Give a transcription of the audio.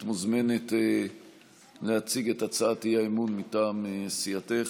את מוזמנת להציג את הצעת האי-אמון מטעם סיעתך,